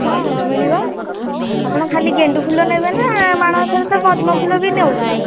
ହଁ ମିଳିବ ଆପଣ ଖାଲି ଗେଣ୍ଡୁ ଫୁଲ ନେବେ ନା ମାଣବସାରେ ତ ପଦ୍ମ ଫୁଲ ବି ନେଉଛନ୍ତି